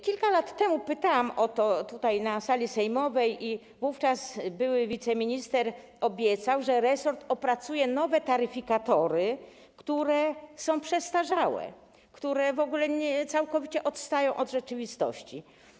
Kilka lat temu pytałam o to tutaj, na sali sejmowej i wówczas były wiceminister obiecał, że resort opracuje nowe taryfikatory, bo te aktualne są przestarzałe i całkowicie odstają od rzeczywistości.